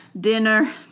dinner